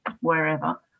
wherever